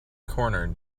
corner